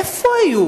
איפה היו